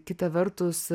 kita vertus